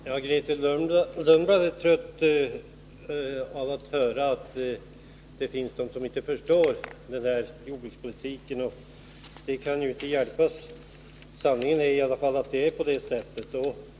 Herr talman! Grethe Lundblad är trött på att höra att det finns de som inte förstår jordbrukspolitiken. Det kan inte hjälpas att sanningen är att det är på det sättet.